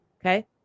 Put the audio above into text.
Okay